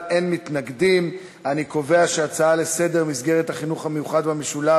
אבל אין ספק שצריך לשחרר את ההקפאה הזאת ולאפשר